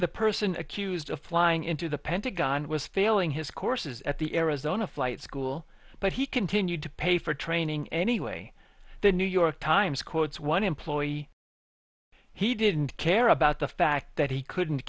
the person accused of flying into the pentagon was failing his courses at the arizona flight school but he continued to pay for training anyway the new york times quotes one employee he didn't care about the fact that he couldn't